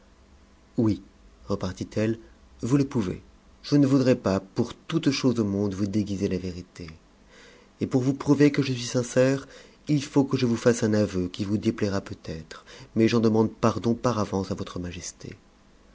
oui repartit elle vous le pouvez je ne voudrais pas pour toute chose au monde vous déguiser la venté et pour vous prouver que je suis sincère il faut que je vous fasse un aveu qui vous déplaira peut-être mais j'en demande pardon par avance à votre majesté